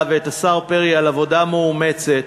אני רוצה לברך בהזדמנות זו את הוועדה ואת השר פרי על עבודה מאומצת,